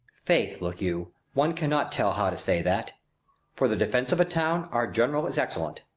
faith, look you, one cannot tell how to say that for the defence of a town our general is excellent.